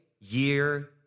year